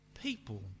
people